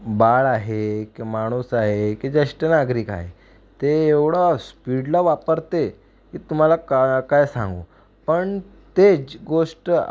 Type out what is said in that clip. बाळ आहे की माणूस आहे की ज्येष्ठ नागरिक आहे ते एवढं स्पीडला वापरते की तुम्हाला का काय सांगू पण तेच गोष्ट